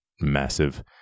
massive